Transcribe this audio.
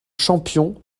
champion